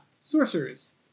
sorcerers